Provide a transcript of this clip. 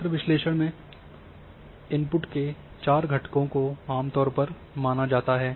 तंत्र विश्लेषण में इनपुट के चार घटकों को आमतौर पर माना जाता है